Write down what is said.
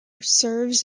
serves